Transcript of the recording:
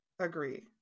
Agree